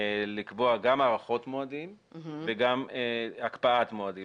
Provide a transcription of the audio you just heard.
לקבוע גם הארכות מועדים וגם הקפאת מועדים.